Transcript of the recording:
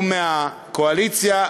הוא מהקואליציה,